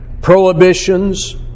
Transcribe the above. prohibitions